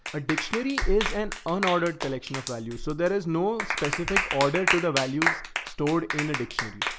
a dictionary is an unordered collection of value. so there is no specific order to the values stored in a dictionary.